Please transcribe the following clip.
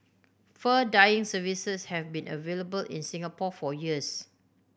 fur dyeing services have been available in Singapore for years